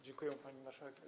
Dziękuję, pani marszałek.